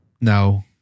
No